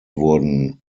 wurden